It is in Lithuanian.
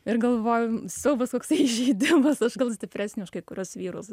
ir galvoju siaubas koksai įžeidimas aš gal stipresnė už kai kuriuos vyrus